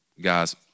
guys